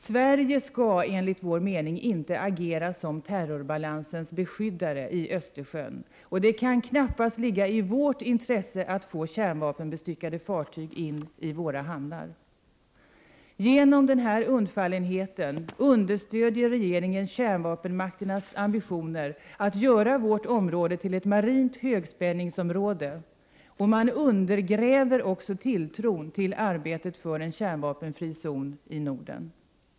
Sverige skall, enligt vpk:s mening, inte agera som terrorbalansens beskyddare i Östersjön. Det kan knappast ligga i vårt intresse att få in kärnvapenbestyckade fartyg i våra hamnar. Genom denna undfallenhet understödjer regeringen kärnvapenmakternas ambitioner att göra vårt område till ett marint högspänningsområde. Man undergräver också tilltron till arbetet för en kärnvapenfri zon i Norden.